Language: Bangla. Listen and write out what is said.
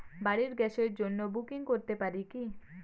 বাড়ির গ্যাসের জন্য বুকিং করতে পারি কি?